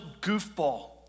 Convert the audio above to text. goofball